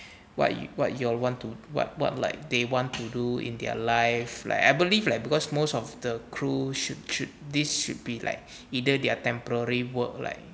what you what you all want to what what like they want to do in their life like I believe lah because most of the crew should should these should be like either their temporary work like